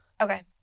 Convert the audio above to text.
Okay